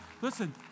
Listen